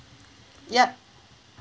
yup